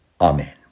Amen